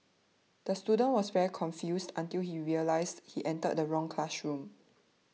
the student was very confused until he realised he entered the wrong classroom